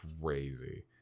crazy